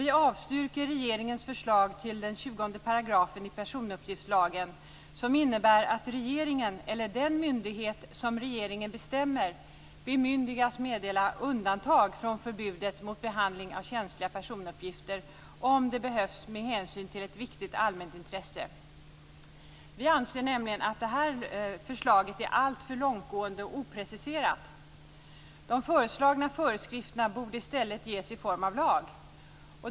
Vi avstyrker regeringens förslag vad gäller den Vi anser nämligen att förslaget är alltför långtgående och opreciserat. De föreslagna föreskrifterna borde i stället ges i form av lag.